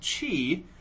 chi